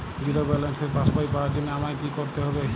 Zero ব্যালেন্সের পাসবই পাওয়ার জন্য আমায় কী করতে হবে?